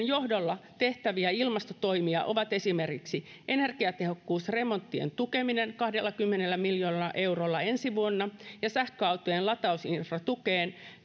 johdolla tehtäviä ilmastotoimia ovat esimerkiksi energiatehokkuusremonttien tukeminen kahdellakymmenellä miljoonalla eurolla ensi vuonna ja sähköautojen latausinfratukeen tuleva